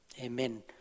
Amen